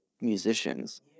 musicians